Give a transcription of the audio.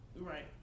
right